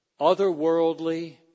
otherworldly